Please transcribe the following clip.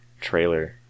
trailer